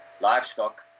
livestock